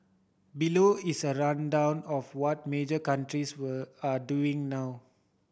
below is a rundown of what major countries were are doing now